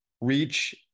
reach